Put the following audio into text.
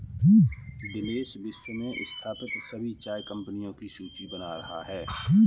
दिनेश विश्व में स्थापित सभी चाय कंपनियों की सूची बना रहा है